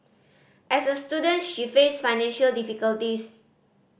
as a student she faced financial difficulties